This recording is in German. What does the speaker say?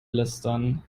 lästern